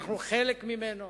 אנחנו חלק ממנו,